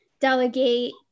delegate